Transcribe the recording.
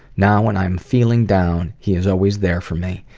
now when i'm feeling down, he is always there for me.